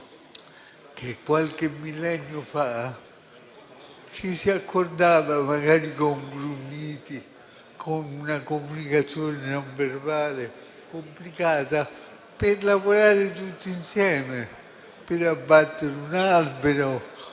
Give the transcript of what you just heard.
che qualche millennio fa ci si accordasse, magari tramite grugniti, con una comunicazione non verbale complicata, per lavorare tutti insieme, per abbattere un albero